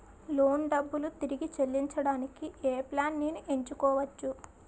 Loan డబ్బులు తిరిగి చెల్లించటానికి ఏ ప్లాన్ నేను ఎంచుకోవచ్చు?